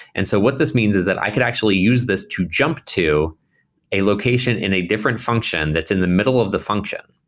and so what this means is that i could actually use this to jump to a location in a different function that's in the middle of the function,